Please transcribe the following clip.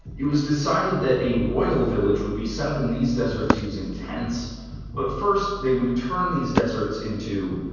it was decided that a royal village would be set up in these deserts using tents but first, they would turn these deserts into.